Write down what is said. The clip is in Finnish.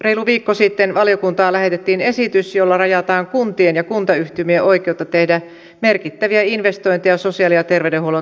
reilu viikko sitten valiokuntaan lähetettiin esitys jolla rajataan kuntien ja kuntayhtymien oikeutta tehdä merkittäviä investointeja sosiaali ja terveydenhuollon toimialalla